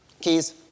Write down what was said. Keys